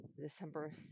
December